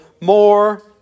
more